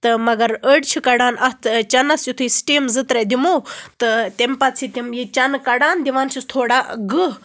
تہٕ مَگَر أڈۍ چھِ کَڈان اتھ چَنَس یِتھُے سِٹیٖم زٕ ترٛےٚ دِمو تہٕ تمہِ پَتہٕ چھِ تِم یہِ چَنہٕ کَڈان دِوان چھِس تھوڑا گٕہہ